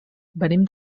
venim